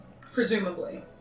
presumably